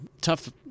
tough